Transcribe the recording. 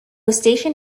station